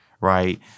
right